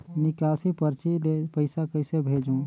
निकासी परची ले पईसा कइसे भेजों?